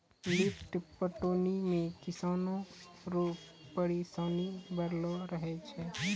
lift पटौनी मे किसान रो परिसानी बड़लो रहै छै